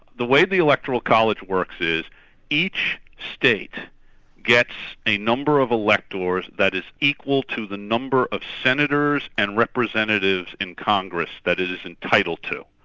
the way the electoral college works is each state gets a number of electors that is equal to the number of senators and representatives in congress that it is entitled to.